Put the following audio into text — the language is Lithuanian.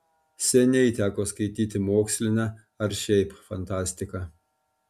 seniai teko skaityti mokslinę ar šiaip fantastiką